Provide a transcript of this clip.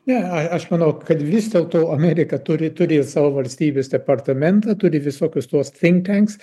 ne a aš manau kad vis dėlto amerika turi turi ir savo valstybės departamentą turi visokius tuos think tanks